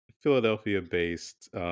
Philadelphia-based